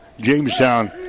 Jamestown